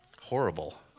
horrible